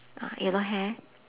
uh yellow hair